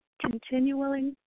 continuing